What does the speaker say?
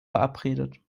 verabredet